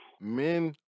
men